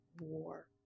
war